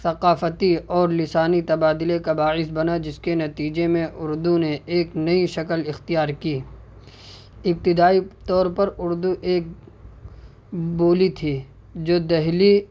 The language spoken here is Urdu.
ثقافتی اور لسانی تبادلے کا باعث بنا جس کے نتیجے میں اردو نے ایک نئی شکل اختیار کی ابتدائی طور پر اردو ایک بولی تھی جو دہلی